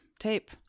Tape